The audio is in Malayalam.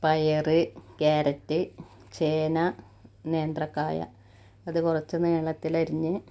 പയർ ക്യാരറ്റ് ചേന നേന്ത്രക്കായ അത് കുറച്ച് നീളത്തിലരിഞ്ഞ്